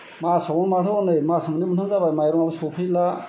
मासआवबो हनै मास मोननै मोनथाम जाबाबो माइरङाबो सौफैला